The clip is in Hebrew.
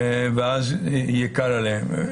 ואז יקל עליהם.